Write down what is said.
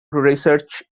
research